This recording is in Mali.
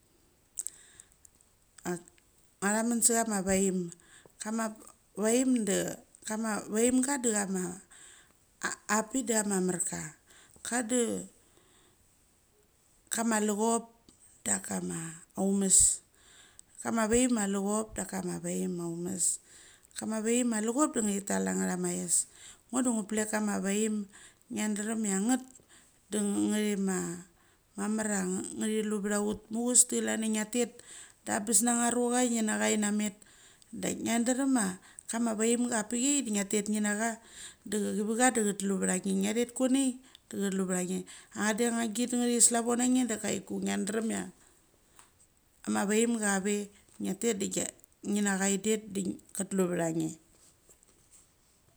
Authamen sama vaem, kama vaem da kama vaemga da chama a pik da chama marka, ka da kama levop daka ma authmas. Kama vaem ma levop dakama vaem ma authmas. Kama vaem ma levop da thi tal angtha ma ess. Ngo du ngu plek kama vaem, ngtha dram. Chia, nget de thima, mamar chia thiluvauth. Muthaves de klan chia nga tet da abes natha rutha chia nge nacha da ngia dram ma kama vaemga pechia nge cha da kivicha da katlu vange, ngeteti konaie angangit angthi slavo nange da kuiku, ngia dram chia ama vaemga ngia tet ngechia ideth da ch tlu vange nge.